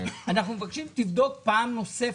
אנחנו מבקשים שתבדוק פעם נוספת.